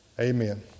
Amen